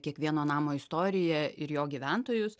kiekvieno namo istoriją ir jo gyventojus